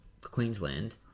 Queensland